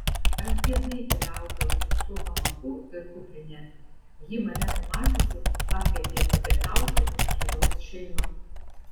aš biednai keliaudavau su hamaku ir kuprine ji mane pamačiusi pakvietė papietauti su jos šeima